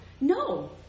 No